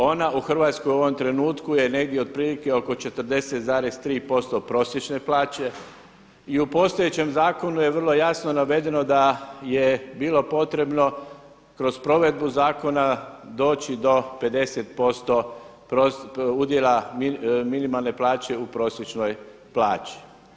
Ona u Hrvatskoj u ovom trenutku je negdje otprilike oko 40,3% prosječne plaće i u postojećem zakonu je vrlo jasno navedeno da je bilo potrebno kroz provedbu zakona doći do 50% udjela minimalne plaće u prosječnoj plaći.